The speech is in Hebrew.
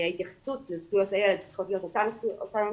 ההתייחסות לזכויות הילד צריכה להיות אותה התייחסות.